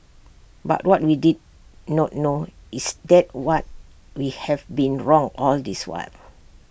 but what we did not know is that what we have been wrong all this while